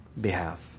behalf